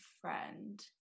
friend